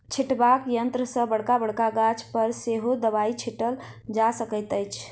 छिटबाक यंत्र सॅ बड़का बड़का गाछ पर सेहो दबाई छिटल जा सकैत अछि